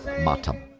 matam